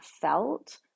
felt